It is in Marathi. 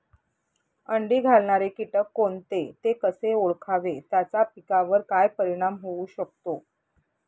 अंडी घालणारे किटक कोणते, ते कसे ओळखावे त्याचा पिकावर काय परिणाम होऊ शकतो?